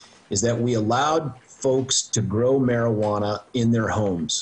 היא שאפשרנו לאנשים לגדל מריחואנה בבתים שלהם.